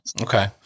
Okay